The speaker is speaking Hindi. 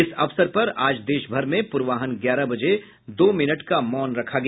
इस अवसर पर आज देश भर में पूर्वाहन ग्यारह बजे दो मिनट का मौन रखा गया